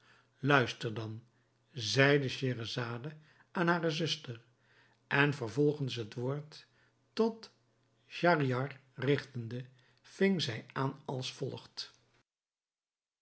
luister dan zeide scheherazade aan hare zuster en vervolgens het woord tot schahriar rigtende ving zij aan als volgt